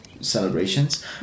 celebrations